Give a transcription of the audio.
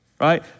Right